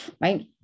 right